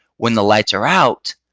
when the lights are out,